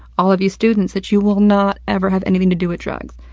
all of you students, that you will not ever have anything to do with drugs.